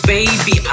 Baby